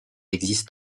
existent